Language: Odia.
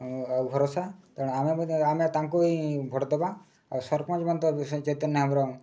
ଆଉ ଭରସା ତେଣୁ ଆମେ ମଧ୍ୟ ଆମେ ତାଙ୍କୁ ହିଁ ଭୋଟ ଦବା ଆଉ ସରପଞ୍ଚ ମନ୍ତ୍ରୀ ଶ୍ରୀ ଚୈତନ୍ୟ ହେମ୍ରମ